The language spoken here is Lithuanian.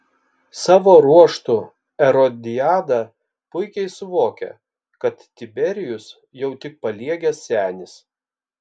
savo ruožtu erodiada puikiai suvokia kad tiberijus jau tik paliegęs senis